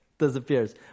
disappears